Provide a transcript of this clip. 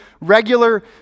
regular